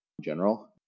general